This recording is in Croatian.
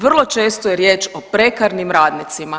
Vrlo često je riječ o prekarnim radnicima.